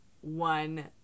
one